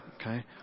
okay